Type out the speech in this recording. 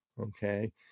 Okay